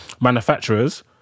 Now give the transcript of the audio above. manufacturers